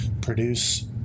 produce